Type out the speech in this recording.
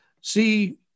see